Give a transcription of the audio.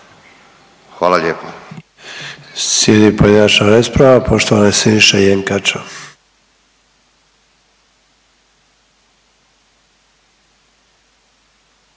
Hvala lijepo